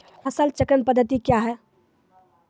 फसल चक्रण पद्धति क्या हैं?